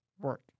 work